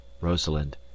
Rosalind